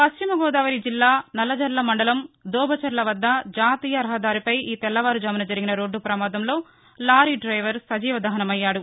పశ్చిమగోదావరి జిల్లా నల్లజర్ల మండలం దూబచర్ల వద్ద జాతీయ రహదారిపై ఈ తెల్లవారుజామున జరిగిన రోడ్లు ప్రమాదంలో లారీ డ్రెవర్ సజీవ దహనమయ్యాడు